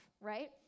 right